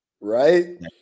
Right